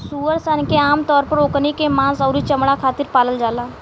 सूअर सन के आमतौर पर ओकनी के मांस अउरी चमणा खातिर पालल जाला